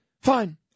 Fine